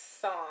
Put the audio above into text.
song